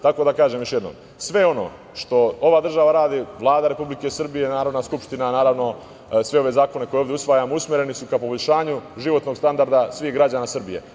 Tako da, kažem još jednom, sve ono što ova država radi, Vlada Republike Srbije, Narodna skupština, naravno sve ove zakone koje ovde usvajamo usmereni su ka poboljšanju životnog standarda svih građana Srbije.